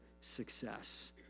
success